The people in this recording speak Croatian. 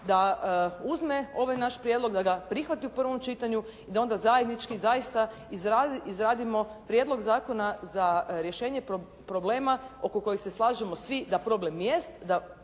da uzme ovaj naš prijedlog, da ga prihvati u prvom čitanju i da onda zajednički zaista izradimo prijedlog zakona za rješenje problema oko kojeg se slažemo svi da problem jest,